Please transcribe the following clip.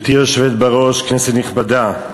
גברתי היושבת בראש, כנסת נכבדה,